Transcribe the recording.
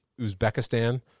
Uzbekistan